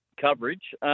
coverage